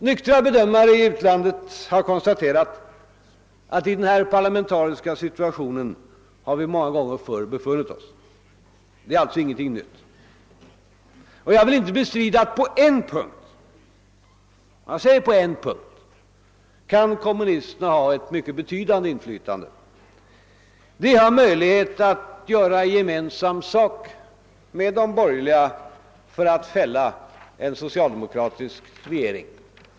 Nyktra bedömare i utlandet har konstaterat att i denna parlamentariska situation har vi många gånger förr befunnit oss. Det är alltså ingenting nytt. Jag vill inte bestrida att på en punkt — jag säger på en punkt — kan kommunisterna ha ett mycket betydande inflytande. De har möjlighet att göra gemensam sak med de borgerliga för att fälla en socialdemokratisk regering.